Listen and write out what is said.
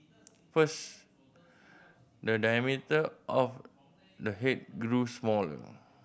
first the diameter of the head grew smaller